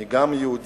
אני גם יהודי,